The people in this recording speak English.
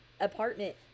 apartment